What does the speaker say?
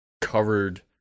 covered